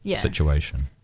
situation